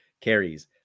carries